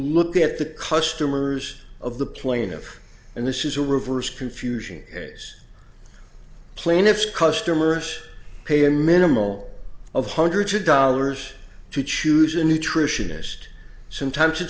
look at the customers of the plaintiff and this is all reversed confusion is plaintiff's customers pay a minimal of hundreds of dollars to choose a nutritionist sometimes it's